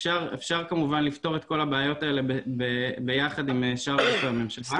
אפשר כמובן לפתור את כול הבעיות האלה ביחד עם שאר משרדי הממשלה.